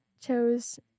chose